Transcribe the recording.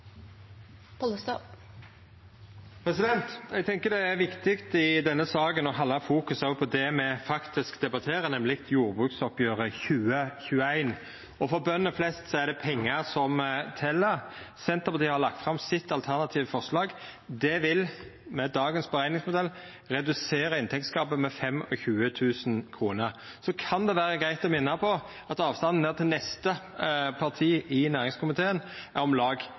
viktig i denne saka å fokusera på det me faktisk debatterer, nemleg jordbruksoppgjeret 2021, og for bønder flest er det pengar som tel. Senterpartiet har lagt fram sitt alternative forslag. Det vil med dagens berekningsmodell redusera inntektsgapet med 25 000 kr. Så kan det vera greitt å minna om at avstanden ned til neste parti i næringskomiteen er om lag